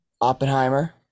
Oppenheimer